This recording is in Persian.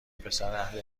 پسراهل